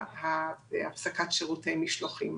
הפסקת שירותי משלוחים.